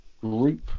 group